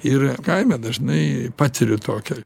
ir kaime dažnai patiriu tokią